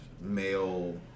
male